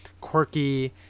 quirky